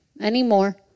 anymore